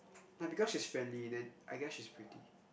like because she's friendly then I guess she's pretty